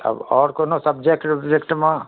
तब आओर कोनो सब्जेक्ट उब्जेक्टमे